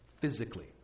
physically